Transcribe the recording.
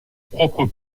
propre